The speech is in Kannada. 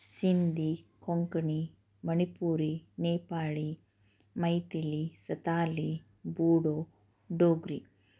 ಸಿಂಧಿ ಕೊಂಕಣಿ ಮಣಿಪುರಿ ನೇಪಾಳಿ ಮೈತಿಲಿ ಸಾಂತಲಿ ಬೋಡೊ ಡೋಗ್ರಿ